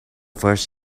first